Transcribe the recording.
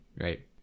right